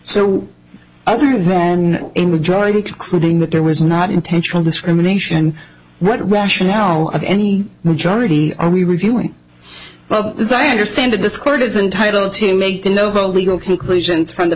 so other then a majority concluding that there was not intentional discrimination what rationale of any majority are we reviewing but as i understand it this court isn't title to make the noble legal conclusions from the